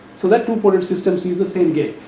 so, that two ported systems sees same gain,